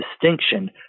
distinction